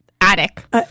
attic